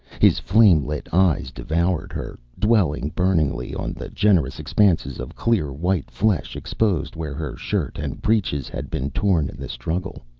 his flame-lit eyes devoured her, dwelling burningly on the generous expanses of clear white flesh exposed where her shirt and breeches had been torn in the struggle.